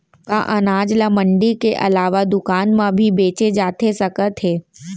का अनाज ल मंडी के अलावा दुकान म भी बेचे जाथे सकत हे?